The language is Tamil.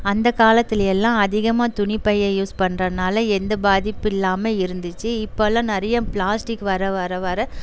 அந்தக் காலத்தில எல்லாம் அதிகமாக துணிப் பையை யூஸ் பண்ணுறனால எந்த பாதிப்பு இல்லாமல் இருந்திச்சு இப்பெல்லாம் நிறையா ப்ளாஸ்டிக் வர வர வர